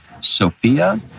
Sophia